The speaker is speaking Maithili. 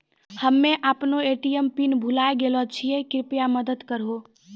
हम्मे अपनो ए.टी.एम पिन भुलाय गेलो छियै, कृपया मदत करहो